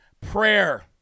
prayer